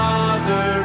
Father